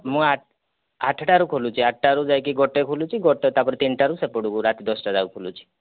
ମୁଁ ଆଠ ଆଠଟାରୁ ଖୋଲୁଛି ଆଠଟାରୁ ଯାଇକି ଗୋଟାଏ ଖୋଲୁଛି ତାପରେ ତିନିଟାରୁ ସେପଟକୁ ରାତି ଦଶଟା ଯାକ ଖୋଲୁଛି